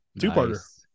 two-parter